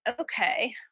okay